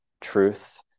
truth